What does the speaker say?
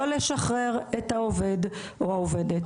לא לשחרר את העובד או העובדת,